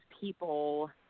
people